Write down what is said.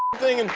thing. and